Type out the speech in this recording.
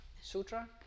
sutra